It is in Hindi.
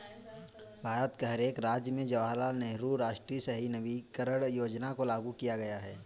भारत के हर एक राज्य में जवाहरलाल नेहरू राष्ट्रीय शहरी नवीकरण योजना को लागू किया गया है